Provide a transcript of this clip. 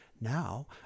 now